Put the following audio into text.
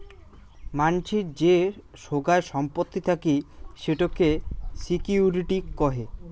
মানসির যে সোগায় সম্পত্তি থাকি সেটোকে সিকিউরিটি কহে